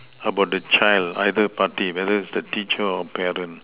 about the child either party whether is the teacher or parent